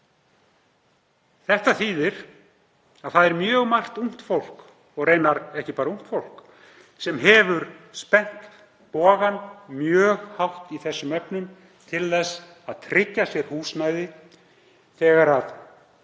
Það þýðir að mjög margt ungt fólk, og raunar ekki bara ungt fólk, hefur spennt bogann mjög hátt í þessum efnum til þess að tryggja sér húsnæði þegar það